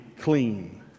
clean